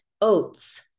oats